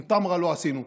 עם תמרה לא עשינו,